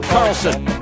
Carlson